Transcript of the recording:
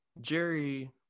Jerry